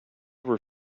were